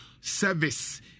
service